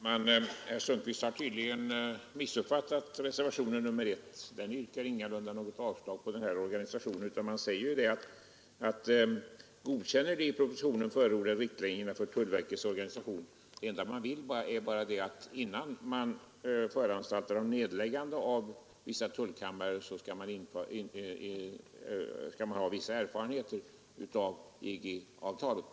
Herr talman! Herr Sundkvist har tydligen missuppfattat reservationen vid punkten 1. I den yrkas ingalunda avslag på organisationen utan där sägs i stället att vi ”godkänner de i propositionen förordade riktlinjerna för tullverkets organisation”. Det enda reservanterna vill är att innan man föranstaltar om nedläggande av vissa tullkammare skall man ha erfarenheter av EG-avtalet.